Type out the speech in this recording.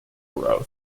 growth